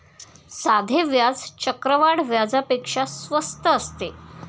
साधे व्याज चक्रवाढ व्याजापेक्षा स्वस्त असते